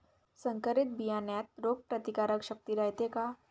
संकरित बियान्यात रोग प्रतिकारशक्ती रायते का?